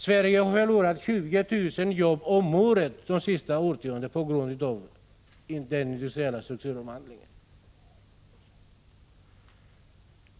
Sverige har förlorat 20 000 jobb om året de senaste årtiondena på grund av den industriella strukturomvandlingen.